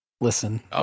Listen